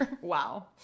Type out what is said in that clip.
Wow